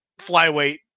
flyweight